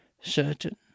certain